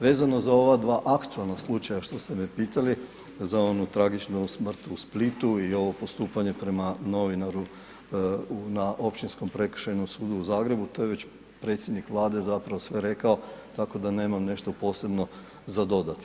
Vezano za ova dva aktualna slučaja što ste me pitali, za onu tragičnu smrt u Splitu i ovo postupanje prema novinaru na Općinskom prekršajnom sudu u Zagrebu, to je već predsjednik Vlade zapravo sve rekao tako da nemam nešto posebno za dodati.